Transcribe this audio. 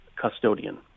custodian